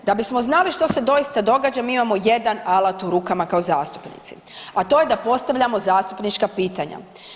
Da bismo znali što se doista događa mi imamo jedan alat u rukama kao zastupnici, a to je da postavljamo zastupnička pitanja.